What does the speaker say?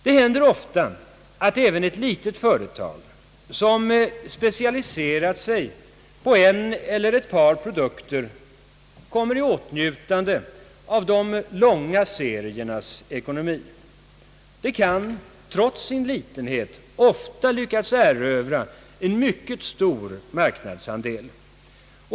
Det händer ofta att även ett litet företag som specialiserat sig på en eller ett par produkter kommer i åtnjutande av de långa seriernas ekonomi. De kan trots sin litenhet ofta lyckas erövra en mycket stor marknadsandel.